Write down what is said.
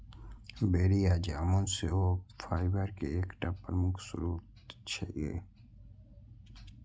बेरी या जामुन सेहो फाइबर के एकटा प्रमुख स्रोत छियै